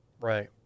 Right